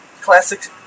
Classic